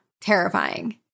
terrifying